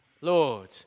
Lord